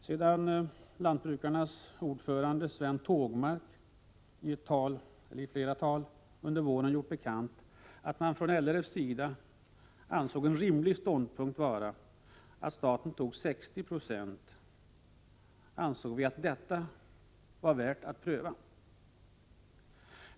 Sedan Lantbrukarnas riksförbunds ordförande Sven Tågmark i flera tal under våren gjort bekant att man från LRF:s sida menade att en rimlig ståndpunkt borde vara att staten svarade för 60 90, ansåg vi detta vara värt att pröva.